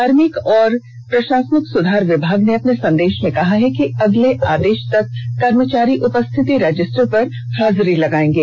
कार्मिक एवं प्रषासनिक सुधार विभाग ने अपने आदेष में कहा है कि अगले आदेष तक कर्मचारी उपस्थिति रजिस्टर पर हाजिरी लगायेंगे